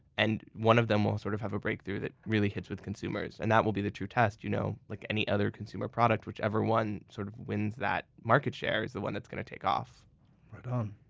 and one of them will sort of have a breakthrough that really hits with consumers, and that will be the true test. you know like any other consumer product, whichever one sort of wins that market share is the one that's going to take off right on.